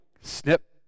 snip